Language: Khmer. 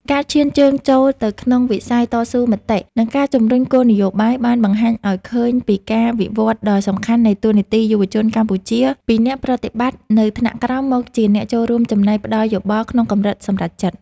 ការឈានជើងចូលទៅក្នុងវិស័យតស៊ូមតិ និងការជំរុញគោលនយោបាយ បានបង្ហាញឱ្យឃើញពីការវិវត្តដ៏សំខាន់នៃតួនាទីយុវជនកម្ពុជា ពីអ្នកប្រតិបត្តិនៅថ្នាក់ក្រោមមកជាអ្នកចូលរួមចំណែកផ្ដល់យោបល់ក្នុងកម្រិតសម្រេចចិត្ត។